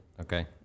Okay